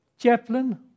Chaplain